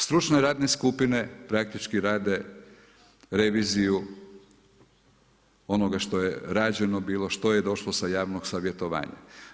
Stručne radne skupine praktički rade reviziju onoga što je rađeno bilo, što je došlo sa javnog savjetovanja.